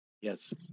Yes